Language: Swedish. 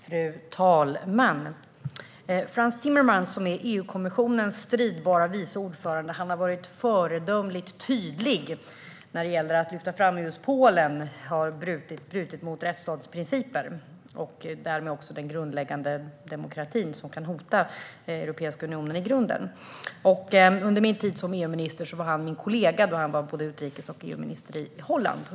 Fru talman! Frans Timmermans, EU-kommissionens stridbare vice ordförande, har varit föredömligt tydlig när det gäller att lyfta fram att just Polen har brutit mot rättsstatens principer och därmed mot demokratin, vilket kan hota Europeiska unionen i grunden. Under min tid som EU-minister var han min kollega då han var både utrikes och EU-minister i Holland.